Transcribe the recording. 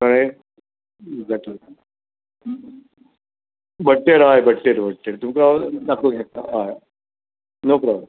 कळ्ळें भट्टेर हय भट्टेर भट्टेर तुमकां हांव दाखोवंक शकतां हय नो प्रोबलम